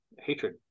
hatred